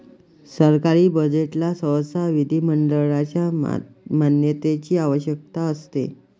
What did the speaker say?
सरकारी बजेटला सहसा विधिमंडळाच्या मान्यतेची आवश्यकता असते